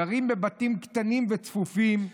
גרים בבתים קטנים וצפופים,